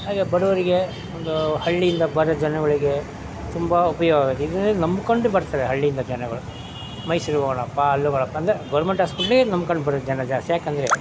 ಹಾಗೆ ಬಡವ್ರಿಗೆ ಒಂದು ಹಳ್ಳಿಯಿಂದ ಬರೋ ಜನಗಳಿಗೆ ತುಂಬ ಉಪಯೋಗವಾಗಿದೆ ಇದನ್ನೇ ನಂಬ್ಕೊಂಡು ಬರ್ತಾರೆ ಹಳ್ಳಿಯಿಂದ ಜನಗಳು ಮೈಸೂರಿಗೆ ಹೋಗೋಣಪ್ಪಾ ಅಲ್ಲಿ ಹೋಗೋಣ ಅಂದರೆ ಗೋರ್ಮೆಂಟ್ ಆಸ್ಪಿಟ್ಲೆ ನಂಬ್ಕೊಂಡು ಬರೋದು ಜನ ಜಾಸ್ತಿ ಯಾಕೆಂದ್ರೆ